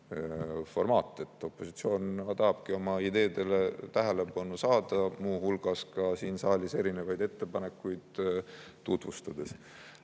formaat, opositsioon tahabki oma ideedele tähelepanu saada, muu hulgas ka siin saalis erinevaid ettepanekuid tutvustades.